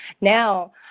now